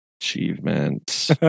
Achievement